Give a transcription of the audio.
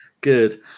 Good